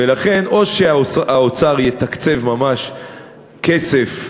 ולכן, או שהאוצר יתקצב, ממש כסף,